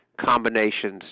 combinations